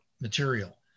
material